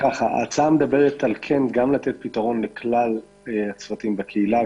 ההצעה מדברת על פתרון לכלל הצוותים בקהילה,